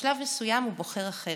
אבל בשלב מסוים הוא בוחר אחרת.